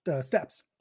steps